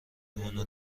اونو